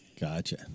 Gotcha